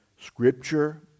Scripture